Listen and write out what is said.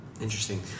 interesting